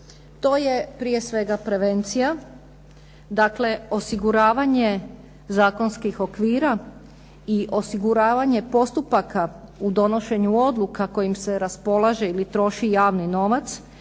To je prije svega prevencija, dakle, osiguravanje zakonskih okvira i osiguranje postupaka u donošenju odluka kojim se raspolaže ili troši javni novac